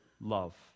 love